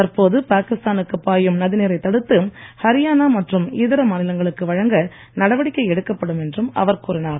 தற்போது பாகிஸ்தா னுக்கு பாயும் நதி நீரைத் தடுத்து ஹரியானா மற்றும் இதர மாநிலங்களுக்கு வழங்க நடவடிக்கை எடுக்கப்படும் என்றும் அவர் கூறினார்